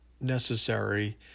necessary